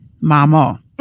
Mama